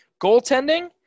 Goaltending